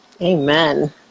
Amen